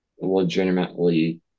legitimately